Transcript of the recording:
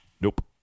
Nope